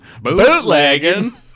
Bootlegging